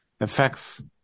affects